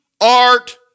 art